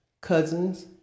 cousins